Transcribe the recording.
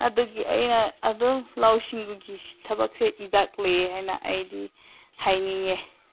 ꯑꯗꯨꯒꯤ ꯑꯩꯅ ꯑꯗꯨꯝ ꯂꯧꯁꯤꯡꯒꯤ ꯊꯕꯛꯁꯦ ꯏꯖꯠ ꯂꯩꯌꯦ ꯍꯥꯏꯅ ꯑꯩꯗꯤ ꯍꯥꯏꯅꯤꯡꯉꯦ